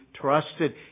trusted